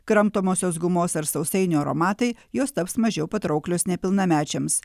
kramtomosios gumos ar sausainių aromatai jos taps mažiau patrauklios nepilnamečiams